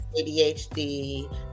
ADHD